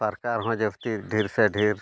ᱥᱚᱨᱠᱟᱨ ᱦᱚᱸ ᱡᱟᱹᱥᱛᱤ ᱰᱷᱮᱨ ᱥᱮ ᱰᱷᱮᱨ